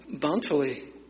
bountifully